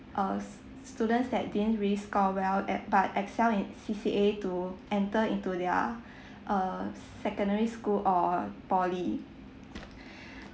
err students that didn't really score well at but excel in C_C_A to enter into their err secondary school or poly